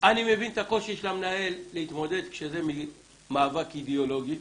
אני מבין את הקושי של המנהל להתמודד כשזה מאבק אידיאולוגי.